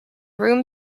room